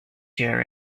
hear